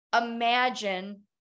imagine